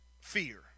fear